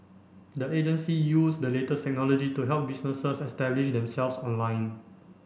the agency use the latest technology to help businesses establish themselves online